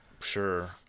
Sure